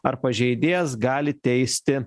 ar pažeidėjas gali teisti